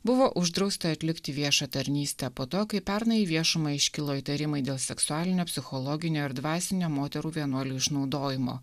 buvo uždrausta atlikti viešą tarnystę po to kai pernai į viešumą iškilo įtarimai dėl seksualinio psichologinio ir dvasinio moterų vienuolių išnaudojimo